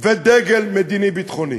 ודגל מדיני-ביטחוני.